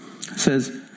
says